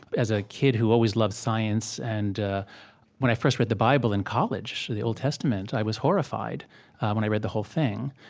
as a kid who always loved science, and ah when i first read the bible in college, the old testament, i was horrified when i read the whole thing.